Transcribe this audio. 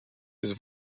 his